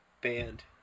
band